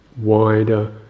wider